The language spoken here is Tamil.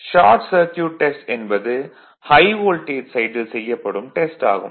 ஷார்ட் சர்க்யூட் டெஸ்ட் என்பது ஹை வோல்டேஜ் சைடில் செய்யப்படும் டெஸ்ட் ஆகும்